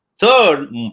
Third